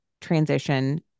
transition